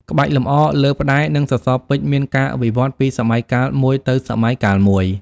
ក្បាច់លម្អលើផ្តែរ និងសសរពេជ្រមានការវិវត្តន៍ពីសម័យកាលមួយទៅសម័យកាលមួយ។